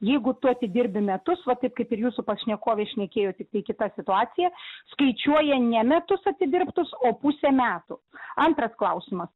jeigu tu atidirbi metus va taip kaip ir jūsų pašnekovė šnekėjo tik tai kita situacija skaičiuoja ne metus atidirbtus o pusę metų antras klausimas